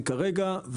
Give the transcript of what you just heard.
אליהן כרגע,